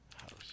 house